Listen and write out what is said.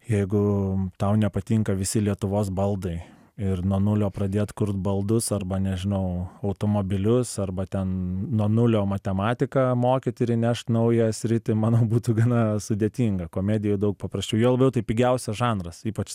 jeigu tau nepatinka visi lietuvos baldai ir nuo nulio pradėt kurt baldus arba nežinau automobilius arba ten nuo nulio matematiką mokyt ir įnešt naują sritį manau būtų gana sudėtinga komedijoj daug paprasčiau juo labiau tai pigiausias žanras ypač